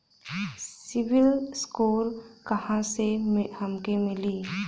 CIBIL score कहाँसे हमके मिली?